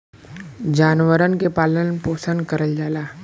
जानवरन के पालन पोसन करल जाला